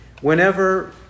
whenever